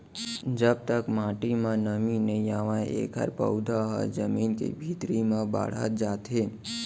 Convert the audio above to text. जब तक माटी म नमी नइ आवय एखर पउधा ह जमीन के भीतरी म बाड़हत जाथे